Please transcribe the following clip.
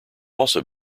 also